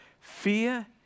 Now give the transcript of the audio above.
Fear